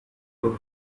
will